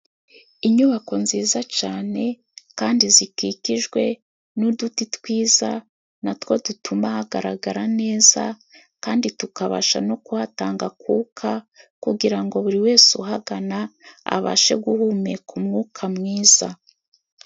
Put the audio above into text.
Inyubako nziza cane kandi zikikijwe n'uduti twiza, natwo dutuma hagaragara neza, kandi tukabasha no kuhatanga akuka kugira ngo buri wese uhagana, abashe guhumeka umwuka mwiza.